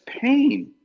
pain